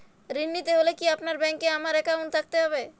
ঋণ নিতে হলে কি আপনার ব্যাংক এ আমার অ্যাকাউন্ট থাকতে হবে?